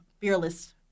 fearless